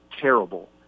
terrible